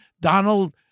Donald